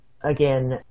again